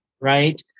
right